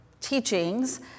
teachings